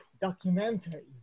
documentary